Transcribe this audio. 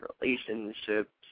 relationships